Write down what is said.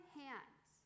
hands